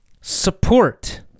Support